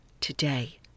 today